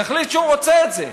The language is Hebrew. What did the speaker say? יחליט שהוא רוצה את זה,